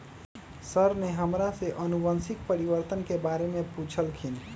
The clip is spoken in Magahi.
सर ने हमरा से अनुवंशिक परिवर्तन के बारे में पूछल खिन